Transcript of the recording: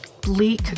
bleak